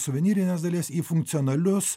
suvenyrinės dalies į funkcionalius